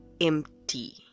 empty